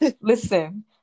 Listen